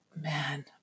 man